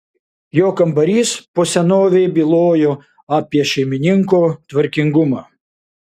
jo kambarys po senovei bylojo apie šeimininko tvarkingumą